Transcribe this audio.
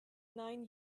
nine